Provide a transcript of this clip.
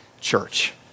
church